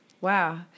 Wow